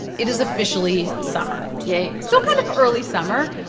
it is officially summer yay still kind of early summer.